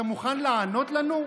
אתה מוכן לענות לנו?